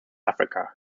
africa